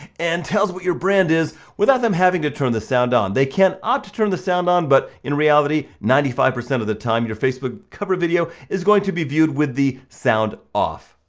and tells what your brand is, without them having to turn the sound on. they can opt to turn the sound on, but, in reality ninety five percent of the time, your facebook cover video is going to be viewed with the sound off.